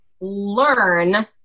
learn